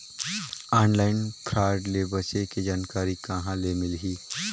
Online fraud ले बचे के जानकारी कहां ले मिलही?